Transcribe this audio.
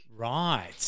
Right